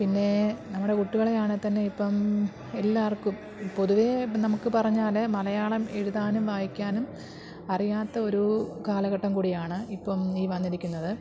പിന്നെ നമ്മുടെ കുട്ടികളെയാണേൽ തന്നെ ഇപ്പം എല്ലാവർക്കും പൊതുവേ ഇപ്പോൾ നമുക്ക് പറഞ്ഞാൽ തന്നെ മലയാളം എഴുതാനും വായിക്കാനും അറിയാത്ത ഒരു കാലഘട്ടം കൂടിയാണ് ഇപ്പം ഈ വന്നിരിക്കുന്നത്